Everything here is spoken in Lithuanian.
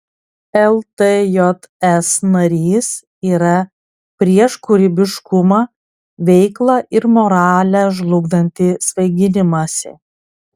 ltjs narys yra prieš kūrybiškumą veiklą ir moralę žlugdantį svaiginimąsi